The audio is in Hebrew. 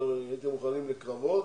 שהייתם מוכנים כבר לקרבות,